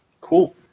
Cool